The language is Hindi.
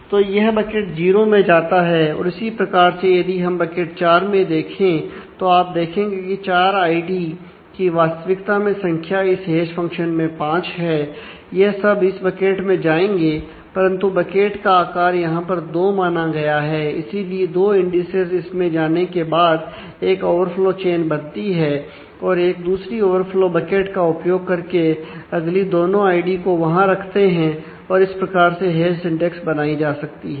तो यह बकेट जीरो में जाता है और इसी प्रकार से यदि हम बकेट 4 में देखें तो आप देखेंगे कि चार आईडी का उपयोग करके अगली दोनों आईडी को वहां रखते हैं और इस प्रकार से हैश इंडेक्स बनाई जा सकती है